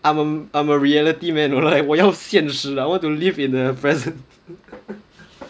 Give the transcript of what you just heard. I'm a I'm a reality man 我要现实 lah I want to live in the present